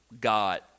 God